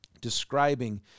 describing